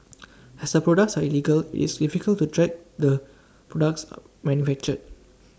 as the products are illegal it's difficult to track the products are when manufactured